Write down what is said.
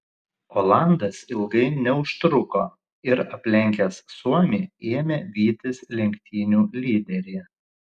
olandas ilgai neužtruko ir aplenkęs suomį ėmė vytis lenktynių lyderį